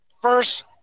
first